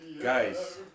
Guys